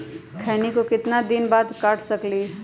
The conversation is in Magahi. खैनी को कितना दिन बाद काट सकलिये है लगभग?